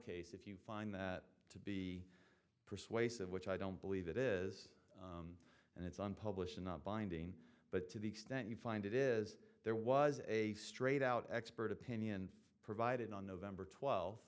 case if you find that to be persuasive which i don't believe it is and it's unpublished not binding but to the extent you find it is there was a straight out expert opinion provided on november twel